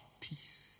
peace